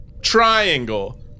triangle